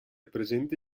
presente